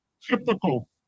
typical